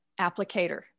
applicator